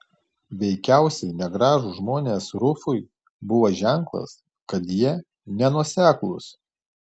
veikiausiai negražūs žmonės rufui buvo ženklas kad jie nenuoseklūs